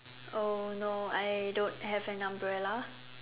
oh no I don't have an umbrella